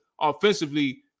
offensively